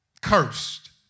Cursed